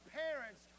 parents